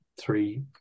three